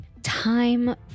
Time